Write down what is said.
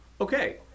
okay